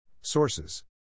Sources